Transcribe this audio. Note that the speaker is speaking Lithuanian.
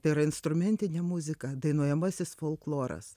ir instrumentinė muzika dainuojamasis folkloras